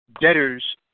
debtor's